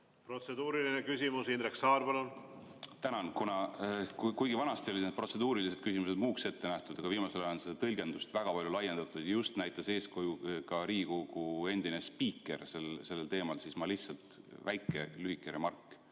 Protseduuriline küsimus. Indrek Saar, palun! Tänan! Vanasti olid need protseduurilised küsimused muuks ette nähtud, aga kuna viimasel ajal on seda tõlgendust väga palju laiendatud ja just näitas eeskuju ka Riigikogu endine spiiker sellel teemal, siis lihtsalt väike lühike remark.